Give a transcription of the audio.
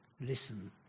listen